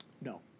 No